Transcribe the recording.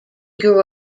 grew